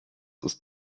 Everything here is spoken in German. ist